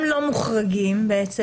הם לא מוחרגים בעצם.